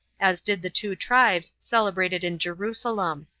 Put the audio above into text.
as did the two tribes celebrate it in jerusalem.